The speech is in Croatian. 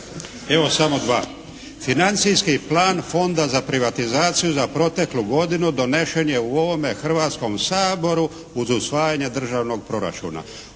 Evo samo dva. Financijski plan Fonda za privatizaciju za proteklu godinu donešen je u ovome Hrvatskom saboru uz usvajanje državnog proračuna.